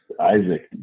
Isaac